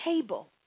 table